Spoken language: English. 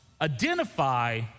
identify